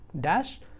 dash